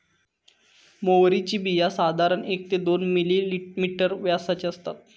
म्होवरीची बिया साधारण एक ते दोन मिलिमीटर व्यासाची असतत